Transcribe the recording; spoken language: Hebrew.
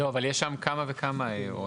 לא, אבל יש שם כמה וכמה הערות.